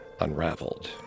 unraveled